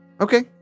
Okay